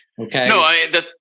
Okay